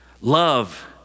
Love